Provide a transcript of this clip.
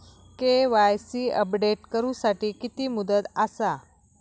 KYC update करू साठी किती मुदत आसा?